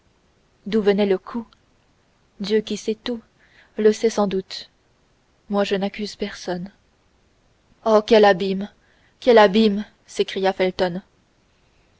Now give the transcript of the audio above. d'où venait le coup dieu qui sait tout le sait sans doute moi je n'accuse personne oh quel abîme quel abîme s'écria